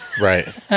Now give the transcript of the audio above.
Right